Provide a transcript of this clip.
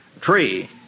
tree